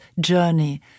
journey